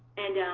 and